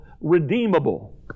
redeemable